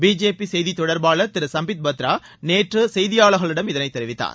BJP செய்தித் தொடர்பாளர் திரு சம்பித் பத்ரா நேற்று செய்தியாளர்களிடம் இதனை தெரிவித்தார்